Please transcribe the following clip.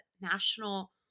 National